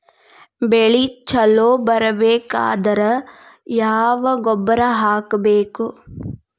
ಬೆಳಿ ಛಲೋ ಬರಬೇಕಾದರ ಯಾವ ಗೊಬ್ಬರ ಹಾಕಬೇಕು?